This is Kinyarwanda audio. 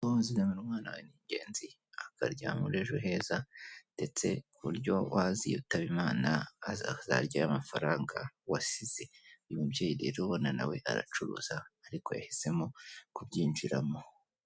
Kubaho uzigamira umwana wawe ni ingenzi, akajya muri ejo heza ndetse ku buryo wazitaba Imana akazarya amafaranga wasize. Uyu mubyeyi rero urabona nawe aracuruza ariko yahisemo kubyinjiramo.